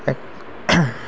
এক